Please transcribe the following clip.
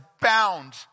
bound